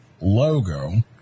logo